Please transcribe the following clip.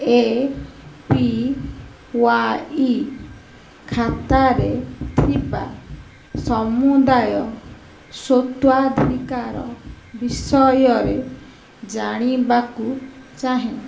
ଏ P Y ଖାତାରେ ଥିବା ସମୁଦାୟ ସ୍ୱତ୍ୱାଧିକାର ବିଷୟରେ ଜାଣିବାକୁ ଚାହେଁ